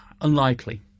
unlikely